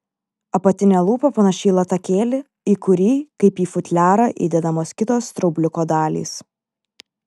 apatinė lūpa panaši į latakėlį į kurį kaip į futliarą įdedamos kitos straubliuko dalys